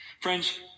Friends